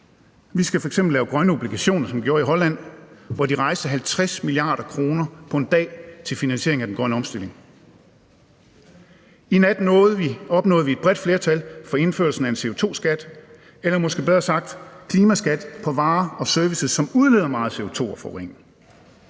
Vi skal f.eks. lave grønne obligationer, som de gjorde i Holland, hvor de rejste 50 mia. kr. på en dag til finansiering af den grønne omstilling. I nat opnåede vi et bredt flertal for indførelsen af en CO2-skat, eller måske bedre sagt: En klimaskat på varer og services, som udleder meget CO2 og forurening.